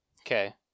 Okay